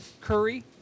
curry